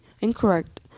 incorrect